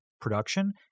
production